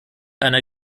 einer